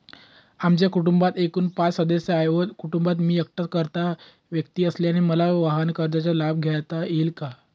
आमच्या कुटुंबात एकूण पाच सदस्य आहेत व कुटुंबात मी एकटाच कर्ता व्यक्ती असल्याने मला वाहनकर्जाचा लाभ घेता येईल का?